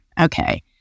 Okay